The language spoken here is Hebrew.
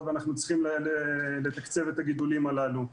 ואנחנו צריכים לתקצב את הגידולים הללו,